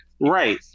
right